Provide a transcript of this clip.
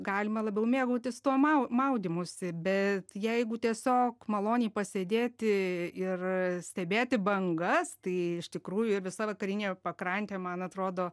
galima labiau mėgautis tuo mau maudymusi bet jeigu tiesiog maloniai pasėdėti ir stebėti bangas tai iš tikrųjų visa vakarinė pakrantė man atrodo